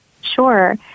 Sure